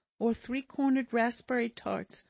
or three-cornered raspberry tarts,